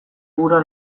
gura